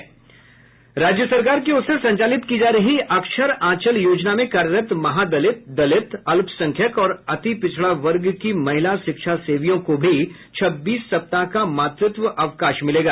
राज्य सरकार की ओर से संचालित की जा रही अक्षर आंचल योजना में कार्यरत महादलित दलित अल्पसंख्यक और अतिपिछड़ा वर्ग की महिला शिक्षा सेवियों को भी छब्बीस सप्ताह का मातृत्व अवकाश मिलेगा